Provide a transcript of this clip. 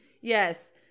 Yes